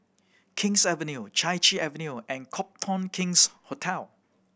King's Avenue Chai Chee Avenue and Copthorne King's Hotel